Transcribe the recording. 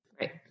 Right